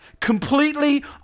completely